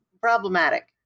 problematic